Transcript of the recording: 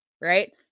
Right